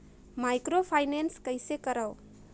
Microfinance कइसे करव?